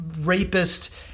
rapist